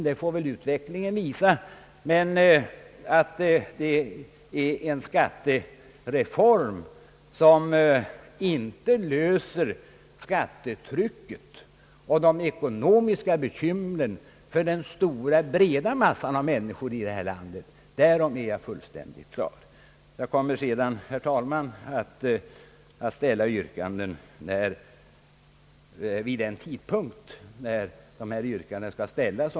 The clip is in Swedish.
Jag är dock fullständigt på det klara med att det inte är en skattereform som löser skattetrycket och de ekonomiska bekymren för den stora breda massan av människor i detta land. Jag kommer senare, herr talman, att ställa yrkanden vid den tidpunkt när dessa yrkanden skall ställas.